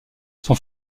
son